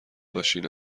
باشین